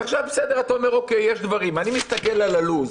אני מסתכל על הלו"ז